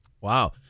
Wow